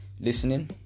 listening